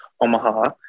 Omaha